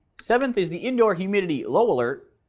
seventh, is the indoor humidity low alert.